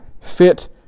fit